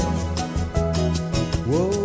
whoa